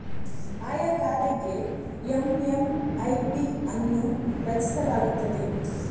ಆಯಾ ಖಾತೆಗೆ ಎಮ್.ಎಮ್.ಐ.ಡಿ ಅನ್ನು ರಚಿಸಲಾಗುತ್ತದೆ